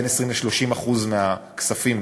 בין 20% ל-30% מהכספים,